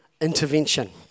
intervention